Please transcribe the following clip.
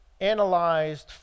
analyzed